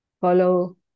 follow